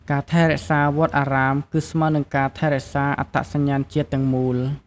ការថែរក្សាវត្តអារាមគឺស្មើនឹងការថែរក្សាអត្តសញ្ញាណជាតិទាំងមូល។